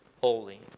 holy